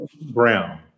brown